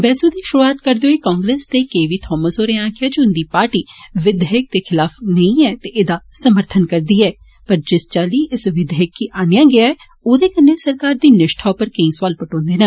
बहस दी षुरुआत करदे होई कांग्रेस के वी थामस होरें आक्खेआ जे उन्दी पार्टी विधेयक दे खिलाफ नेई ऐ ते ऐदा समर्थन करदी ऐ पर जिस चाल्ली इस विधेयक गी आनेआ गेआ ऐ औदे कन्नै सरकार दी निश्ठा उप्पर केई सौआल पट्टोन्दे न